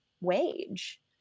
wage